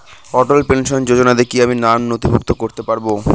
অটল pension যোজনাতে কি আমি নাম নথিভুক্ত করতে পারবো?